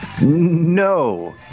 No